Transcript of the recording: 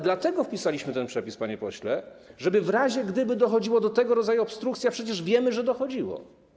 Dlatego wprowadziliśmy ten przepis, panie pośle, żeby w razie, gdyby doszło do tego rodzaju obstrukcji - a przecież wiemy, że dochodziło.